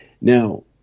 Now